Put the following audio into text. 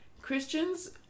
Christians